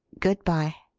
good-bye.